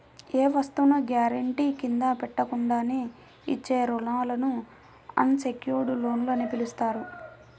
ఏ వస్తువును గ్యారెంటీ కింద పెట్టకుండానే ఇచ్చే రుణాలను అన్ సెక్యుర్డ్ లోన్లు అని పిలుస్తారు